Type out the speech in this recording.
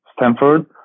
Stanford